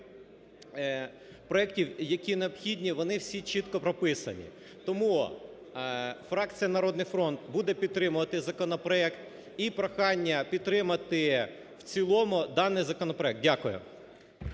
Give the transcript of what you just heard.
проектів, які необхідні, вони всі чітко прописані. Тому фракція "Народний фронт" буде підтримувати законопроект і прохання підтримати в цілому даний законопроект. Дякую.